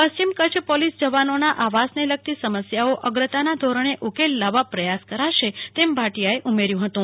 પ્રશ્રિમ Kutch police જવાનોનો આવાસને લગતી સમસ્યાઓ અગ્રતાનાં ધોરણે ઉકેલ લાવવા પ્રયાસ કરશે તેમ ભાટિયાએ ઉમેર્યું હતું